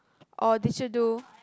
or did you do